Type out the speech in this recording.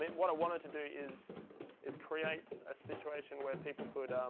what i wanted to do is is create a situation where people could